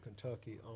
Kentucky